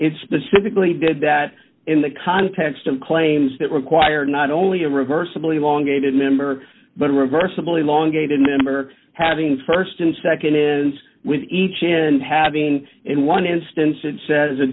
it specifically did that in the context of claims that require not only a reversible a long awaited member but a reversible a long gated member having st and nd is with each in having in one instance and says a